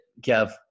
Kev